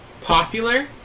popular